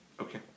Okay